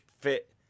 fit